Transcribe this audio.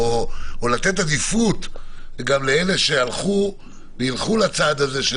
או לתת עדיפות גם לאלה שילכו לצעד הזה של